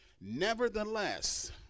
nevertheless